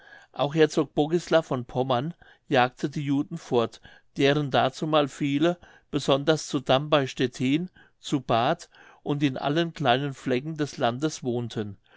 auch herzog bogislav von pommern jagte die juden fort deren dazumal viele besonders zu damm bei stettin zu bart und in allen kleinen flecken des landes wohnten